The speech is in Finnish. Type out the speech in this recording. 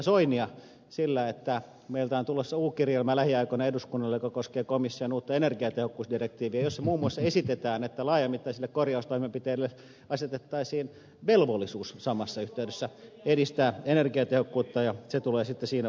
soinia sillä että meiltä on tulossa lähiaikoina eduskunnalle u kirjelmä joka koskee komission uutta energiatehokkuusdirektiiviä jossa muun muassa esitetään että laajamittaisille korjaustoimenpiteille asetettaisiin velvollisuus samassa yhteydessä edistää energiatehokkuutta ja se tulee sitten siinä vaiheessa esille